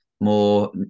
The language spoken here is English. more